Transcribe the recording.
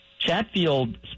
Chatfield